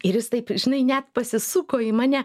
ir jis taip žinai net pasisuko į mane